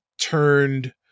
turned